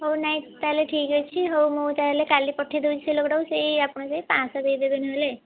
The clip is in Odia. ହଉ ନାଇଁ ତାହେଲେ ଠିକ୍ ଅଛି ହଉ ମୁଁ ତାହେଲେ କାଲି ପଠେଇଦେଉଛି ସେ ଲୋକଟାକୁ ସେଇ ଆପଣ ସେଇ ପାଞ୍ଚଶହ ଦେଇଦେବେ ନହେଲେ